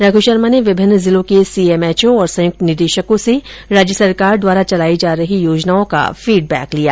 रघु शर्मा ने विभिन्न जिलों के सीएमएचओ और संयुक्त निदेशकों से राज्य सरकार द्वारा चलाई जा रही योजनाओं का फीडबैक लिया